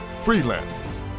freelancers